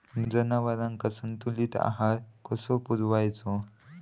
जनावरांका संतुलित आहार कसो पुरवायचो?